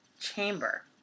Chamber